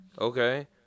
Okay